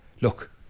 Look